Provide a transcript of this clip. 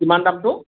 কিমান দামটো